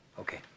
Okay